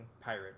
pirate